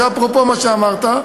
זה אפרופו מה שאמרת.